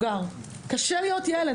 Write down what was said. קשה להיות ילד.